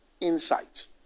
insight